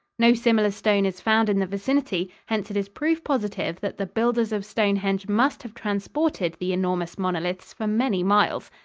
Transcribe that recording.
no similar stone is found in the vicinity hence it is proof positive that the builders of stonehenge must have transported the enormous monoliths for many miles.